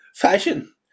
fashion